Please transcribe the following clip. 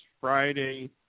Friday